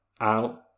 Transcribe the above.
out